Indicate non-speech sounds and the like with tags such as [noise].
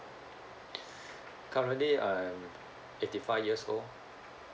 [breath] currently I am eighty five years old